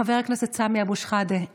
חבר הכנסת סמי אבו שחאדה,